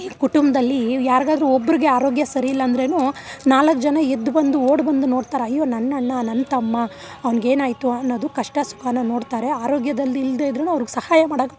ಕುಟುಂಬದಲ್ಲಿ ಯಾರಿಗಾದ್ರೂ ಒಬ್ರಿಗೆ ಆರೋಗ್ಯ ಸರಿ ಇಲ್ಲಂದ್ರೆಯೂ ನಾಲ್ಕು ಜನ ಎದ್ಬಂದು ಓಡಿಬಂದು ನೋಡ್ತಾರೆ ಅಯ್ಯೋ ನನ್ನಣ್ಣ ನನ್ನ ತಮ್ಮ ಅವ್ನಿಗೇನಾಯ್ತು ಅನ್ನೋದು ಕಷ್ಟ ಸುಖನು ನೋಡ್ತಾರೆ ಆರೋಗ್ಯದಲ್ಲಿಲ್ದೇ ಇದ್ರೂನು ಅವ್ರಿಗೆ ಸಹಾಯ ಮಾಡೋಕ್ಕೆ